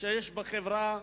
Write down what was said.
שיש בחברה,